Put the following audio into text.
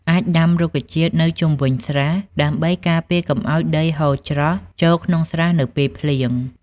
អាចដាំរុក្ខជាតិនៅជុំវិញស្រះដើម្បីការពារកុំឲ្យដីហូរច្រោះចូលក្នុងស្រះនៅពេលភ្លៀង។